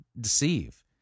deceive